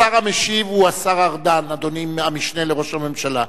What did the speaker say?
השר המשיב הוא השר ארדן, אדוני המשנה לראש הממשלה.